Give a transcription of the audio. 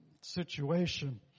situation